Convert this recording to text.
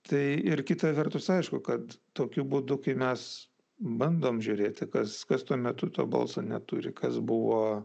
tai ir kita vertus aišku kad tokiu būdu kai mes bandom žiūrėti kas kas tuo metu to balso neturi kas buvo